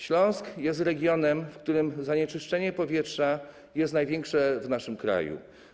Śląsk jest regionem, w którym zanieczyszczenie powietrza jest największe w naszym kraju.